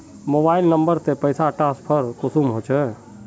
Mobile number से पैसा transfer कुंसम होचे?